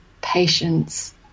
Patience